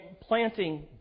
planting